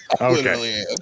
Okay